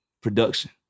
production